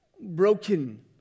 Broken